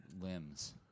limbs